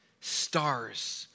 stars